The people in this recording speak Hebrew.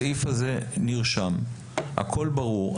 הסעיף הזה נרשם והכול ברור.